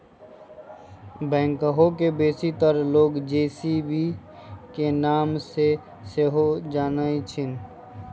backhoe के बेशीतर लोग जे.सी.बी के नाम से सेहो जानइ छिन्ह